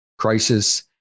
crisis